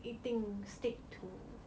一定 stick to